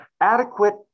adequate